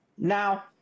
Now